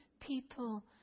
people